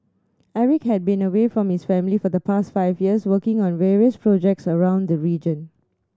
Eric had been away from his family for the past five years working on various projects around the region